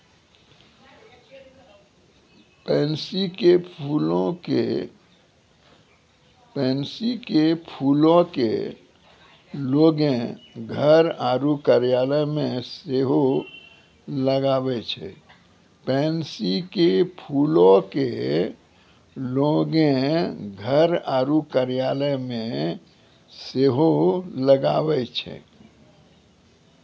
pansy के फूलो के लोगें घर आरु कार्यालय मे सेहो लगाबै छै